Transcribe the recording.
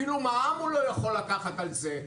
אפילו מע"מ הוא לא יכול לקחת על זה.